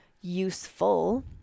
Useful